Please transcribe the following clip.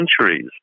centuries